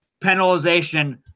penalization